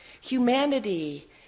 Humanity